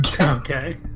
Okay